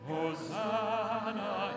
Hosanna